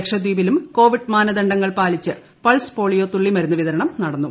ലക്ഷദ്വീപിലും കോവിഡ് മാക്രദ്യ്യങ്ങൾ പാലിച്ച് പൾസ് പോളിയോ തുള്ളിമരുന്ന് വിതരണീം നടന്നു